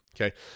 Okay